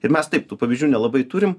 ir mes taip tų pavyzdžių nelabai turim